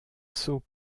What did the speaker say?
saut